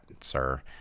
sir